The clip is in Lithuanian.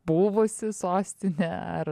buvusi sostinė ar